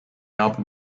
album